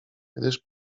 gdyż